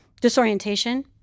disorientation